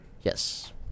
Yes